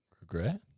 regret